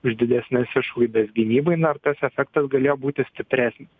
už didesnes išlaidas gynybai na ar tas efektas galėjo būti stipresnis